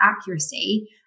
accuracy